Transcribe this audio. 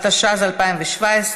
התשע"ה 2015,